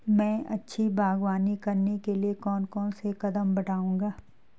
मैं अच्छी बागवानी करने के लिए कौन कौन से कदम बढ़ाऊंगा?